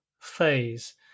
phase